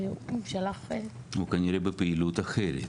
הוא כנראה בפעילות אחרת.